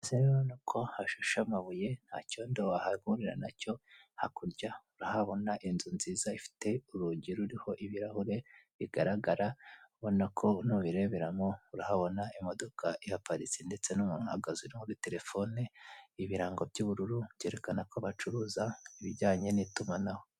Aha hantu rero urabona ko hashishe amabuye nta cyodo wahahurira na cyo hakurya urahabona inzu nziza ifite urugi ruriho ibirahure bigaragara ubona ko nubireberamo urahabona imodoka iparitse ndetse n'umuntu ahahagaze uri muri telefone, ibirango by'ubururu byerekana ko bacuruza ibijyanye n'itumanaho.